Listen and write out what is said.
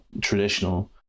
traditional